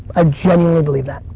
ah genuinely believe that